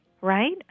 right